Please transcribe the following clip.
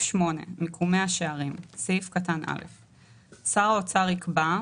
מיקומי השערים 8. (א)שר האוצר יקבע,